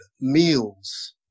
meals